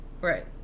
Right